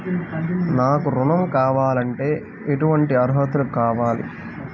నాకు ఋణం కావాలంటే ఏటువంటి అర్హతలు కావాలి?